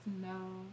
no